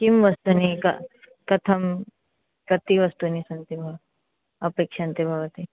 कानि वस्तूनि कथं कति वस्तूनि सन्ति वा अपेक्ष्यते भवती